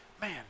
Man